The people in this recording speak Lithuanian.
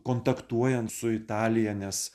kontaktuojant su italija nes